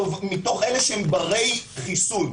מתוך ברי החיסון.